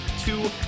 two